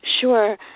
Sure